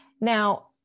Now